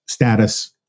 status